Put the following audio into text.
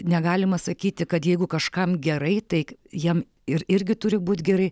negalima sakyti kad jeigu kažkam gerai tai jam ir irgi turi būti gerai